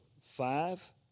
five